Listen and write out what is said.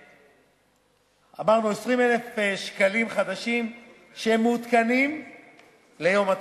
אמרנו 20,000 שקלים חדשים שהם מעודכנים ליום התשלום.